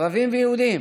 ערבים ויהודים.